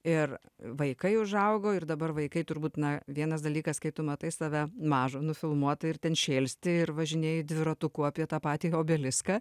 ir vaikai užaugo ir dabar vaikai turbūt na vienas dalykas kai tu matai save mažą nufilmuotą ir ten šėlsti ir važinėji dviratuku apie tą patį obeliską